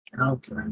Okay